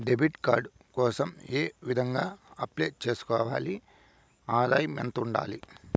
Debit card కోసం ఏ విధంగా అప్లై సేసుకోవాలి? ఆదాయం ఎంత ఉండాలి?